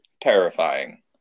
terrifying